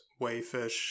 wayfish